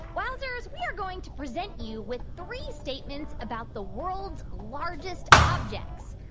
wowzers going to present you with three statements about the world's largest objects.